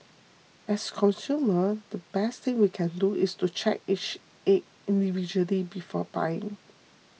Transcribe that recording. as consumer the best thing we can do is to check each egg individually before buying